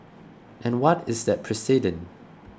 and what is that precedent